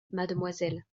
mademoiselle